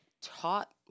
taught